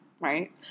right